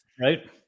right